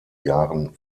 jahren